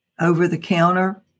over-the-counter